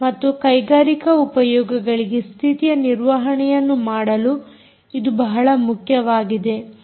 ಮತ್ತು ಕೈಗಾರಿಕಾ ಉಪಯೋಗಗಳಿಗೆ ಸ್ಥಿತಿಯ ನಿರ್ವಹಣೆಯನ್ನು ಮಾಡಲು ಇದು ಬಹಳ ಮುಖ್ಯವಾಗಿದೆ